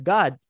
God